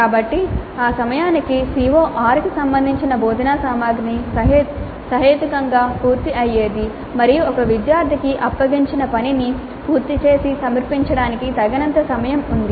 కాబట్టి ఆ సమయానికి CO6 కి సంబంధించిన బోధనా సామగ్రి సహేతుకంగా పూర్తి అయ్యేది మరియు ఒక విద్యార్థికి అప్పగించిన పనిని పూర్తి చేసి సమర్పించడానికి తగినంత సమయం ఉంది